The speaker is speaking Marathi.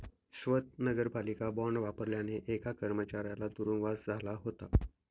स्वत नगरपालिका बॉंड वापरल्याने एका कर्मचाऱ्याला तुरुंगवास झाला होता